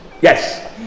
Yes